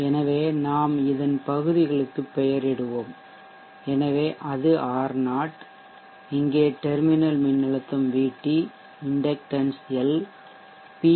எனவே நாம் இதன் பகுதிகளுக்கு பெயரிடுவோம் எனவே அது R0 இங்கே டெர்மினல் மின்னழுத்தம் VT இண்டக்டன்ஸ் L பி